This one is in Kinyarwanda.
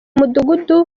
mudugudu